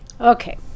Okay